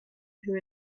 who